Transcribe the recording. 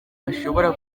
bashobora